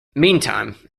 meantime